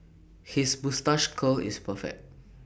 his moustache curl is perfect